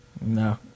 no